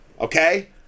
okay